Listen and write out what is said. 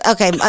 Okay